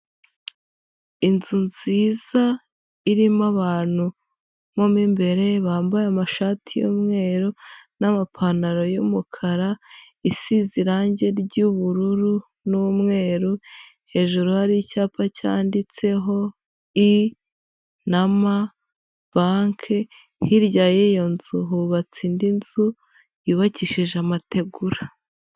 Inzu nziza irimo abantu mo mu imbere bambaye amashati y'umweru n'amapantaro y'umukara, isize irange ry'ubururu n'umweru, hejuru hari icyapa cyanditseho i na ma, banki, hirya y'iyo nzu hubatse indi nzu yubakishije amategura.